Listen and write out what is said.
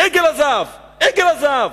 עגל הזהב, עגל הזהב.